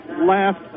last